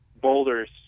boulders